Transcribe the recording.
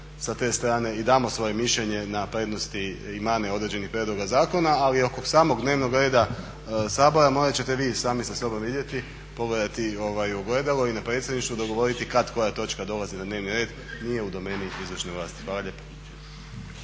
sa te strane i damo svoje mišljenje na prednosti i mane određenih prijedloga zakona, ali oko samog dnevnog reda Sabora morat ćete vi sami sa sobom vidjeti, pogledati u ogledalo i na Predsjedništvu dogovoriti. Kad koja točka dolazi na dnevni red nije u domeni izvršne vlasti. Hvala lijepa.